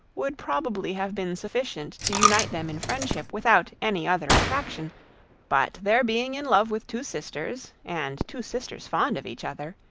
would probably have been sufficient to unite them in friendship, without any other attraction but their being in love with two sisters, and two sisters fond of each other,